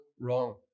wrong